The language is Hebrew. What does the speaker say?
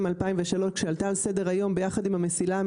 לשמחתי הרבה,